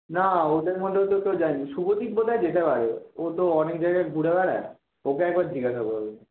না ওদের মধ্যেও তো তো জানি শুভদীপ বোধহয় যেতে পারে ও তো অনেক জায়গায় ঘুরে বেড়ায় ওকে একবার জিজ্ঞেস করে নেবো